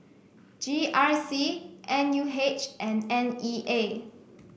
G R C N U H and N E A